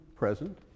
present